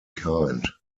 kind